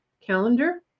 calendar